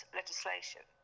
legislation